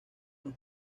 los